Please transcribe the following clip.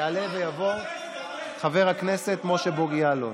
מס' 1642, יעלה ויבוא חבר הכנסת משה בוגי יעלון.